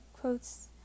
quotes